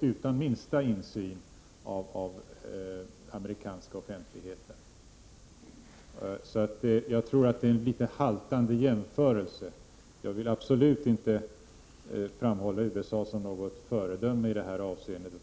utan minsta insyn från den amerikanska offentligheten. Det blir en något haltande jämförelse. Jag vill definitivt inte framhålla USA som något föredöme i detta avseendet.